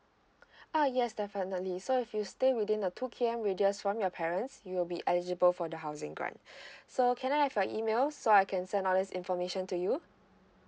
uh yes definitely so if you stay within the two K M distance from your parents you'll be eligible for the housing grant so can I have your email so I can send all these information to you